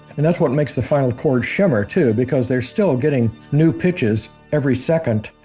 and that's what makes the final chord shimmer, too, because they're still getting new pitches every second,